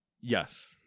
Yes